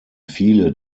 viele